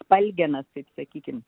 spalgenas taip sakykim